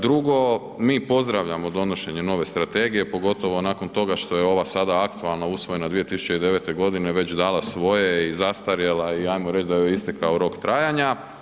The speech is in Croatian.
Drugo, mi pozdravljamo donošenje nove strategije, pogotovo nakon toga što je ova sada aktualna usvojena 2009. godine već dala svoje i zastarjela je i ajmo reći da joj je istekao rok trajanja.